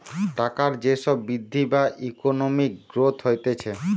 টাকার যে সব বৃদ্ধি বা ইকোনমিক গ্রোথ হতিছে